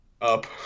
Up